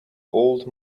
old